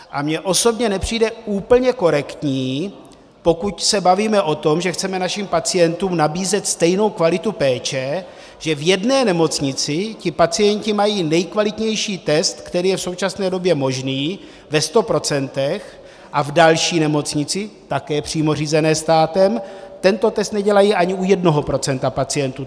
A mně osobně nepřijde úplně korektní, pokud se bavíme o tom, že chceme našim pacientům nabízet stejnou kvalitu péče, že v jedné nemocnici ti pacienti mají nejkvalitnější test, který je v současné době možný, ve 100 %, a v další nemocnici, také přímo řízené státem, tento test nedělají ani u jednoho procenta pacientů.